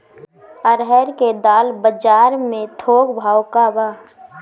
अरहर क दाल बजार में थोक भाव का बा?